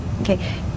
okay